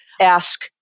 ask